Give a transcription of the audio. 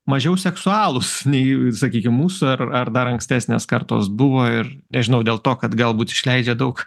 mažiau seksualūs nei sakykim mūsų ar ar dar ankstesnės kartos buvo ir nežinau dėl to kad galbūt išleidžia daug